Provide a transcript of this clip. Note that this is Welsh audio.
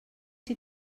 ydy